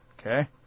Okay